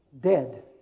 dead